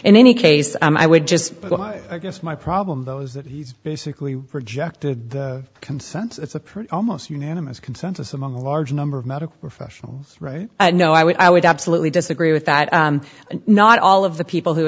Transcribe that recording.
in any case i would just go against my problem those that he's basically reject the consensus of print almost unanimous consensus among a large number of medical professionals right and no i would i would absolutely disagree with that and not all of the people who